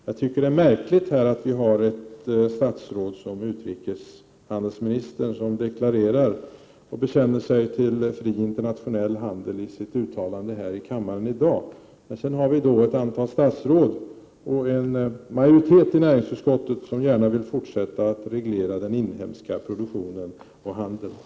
Jag tycker att det är märkligt att vi har ett statsråd som utrikeshandelsministern som bekänner sig till fri internationell handel i ett uttalande i kammaren här i dag, samtidigt som hon har ett antal statsrådskolleger och en majoritet i näringsutskottet som gärna vill fortsätta att reglera den inhemska produktionen och handeln.